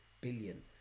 billion